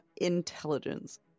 intelligence